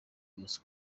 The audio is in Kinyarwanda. bose